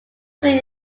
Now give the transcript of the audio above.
through